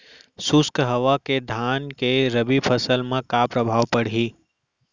शुष्क हवा के धान के रबि फसल मा का प्रभाव पड़ही?